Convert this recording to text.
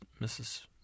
Mrs